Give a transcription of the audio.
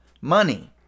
money